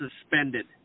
suspended